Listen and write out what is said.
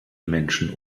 menschen